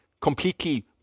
completely